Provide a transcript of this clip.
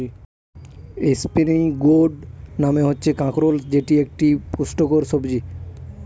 spiny gourd মানে হচ্ছে কাঁকরোল যেটি একটি পুষ্টিকর সবজি